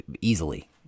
Easily